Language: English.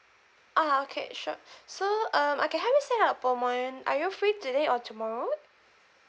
ah okay sure so um I can help you set up appointment are you free today or tomorrow